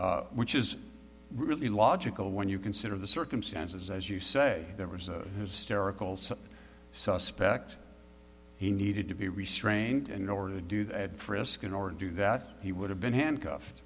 which is really logical when you consider the circumstances as you say there was a hysterical some suspect he needed to be restrained in order to do that frisk in order to do that he would have been handcuffed